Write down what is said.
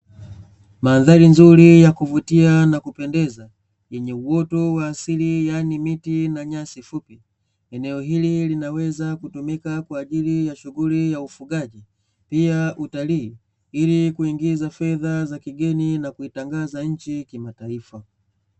Mandhari nzuri ya kuvutia na kupendeza uoto wa asili yani miti na nyasi fupi, eneo hili linaweza kutumika kwa ajili ya shughuli ya ufugaji pia utalii ilikuingiza fedha za kigeni na kuitangaza nchi kimataifa.